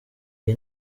iyi